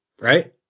right